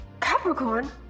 Capricorn